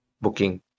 booking